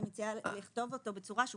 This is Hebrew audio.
אני מציעה לכתוב אותו מובנת.